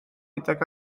gydag